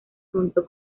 junto